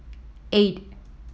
eight